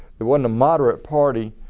it wasn't a moderate party.